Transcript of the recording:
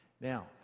Now